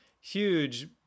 huge